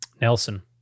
Nelson